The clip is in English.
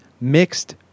mixed